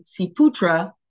Siputra